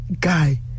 guy